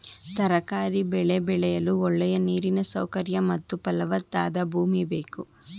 ತರಕಾರಿ ಬೆಳೆ ಬೆಳೆಯಲು ಒಳ್ಳೆಯ ನೀರಿನ ಸೌಕರ್ಯ ಮತ್ತು ಫಲವತ್ತಾದ ಭೂಮಿ ಬೇಕು